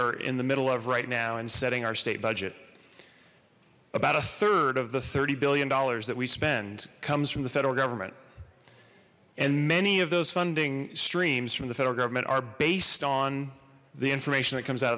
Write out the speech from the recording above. are in the middle of right now and setting our state budget about a third of the thirty billion dollars that we spend from the federal government and many of those funding streams from the federal government are based on the information that comes out